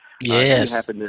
Yes